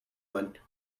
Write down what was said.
want